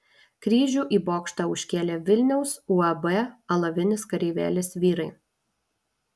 kryžių į bokštą užkėlė vilniaus uab alavinis kareivėlis vyrai